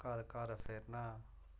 घर घर फिरना